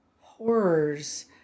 horrors